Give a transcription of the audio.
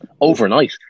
Overnight